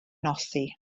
nosi